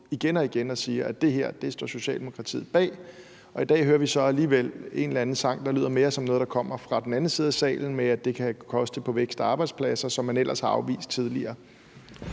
igen og igen og siger, at det her står Socialdemokratiet bag, og at vi i dag så alligevel hører en eller anden sang, der lyder mere som noget, der kommer fra den anden side af salen, om, at det kan koste på vækst i antallet af arbejdspladser, hvad man ellers har afvist tidligere?